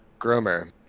Gromer